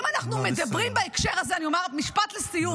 ואם אנחנו מדברים בהקשר הזה, אני אומר משפט לסיום.